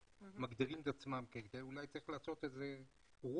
שמגדירים את עצמם ואולי צריך לעשות רובריקה